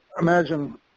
imagine